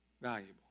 valuable